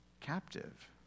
captive